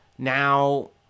Now